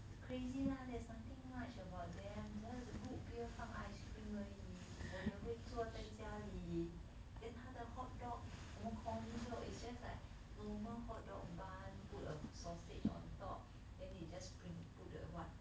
crazy lah there's nothing much about them just root bear 放 ice cream 而已我也会做在家里 then 它的 hotdog 什么 corny dog is just like normal hot dog bun put a sausage on top then they just sprink~ put the what